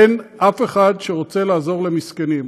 אין אף אחד שרוצה לעזור למסכנים,